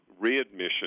readmission